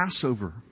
Passover